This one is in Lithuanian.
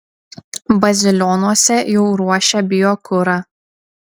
bazilionuose jau ruošia biokurą